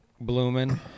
blooming